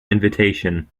invitation